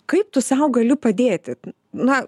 kaip tu sau galiu padėti na